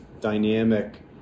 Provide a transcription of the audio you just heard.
dynamic